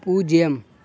பூஜ்யம்